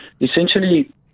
essentially